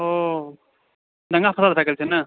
ओ अऽ दंगा फसाद भऽ गेल छै ने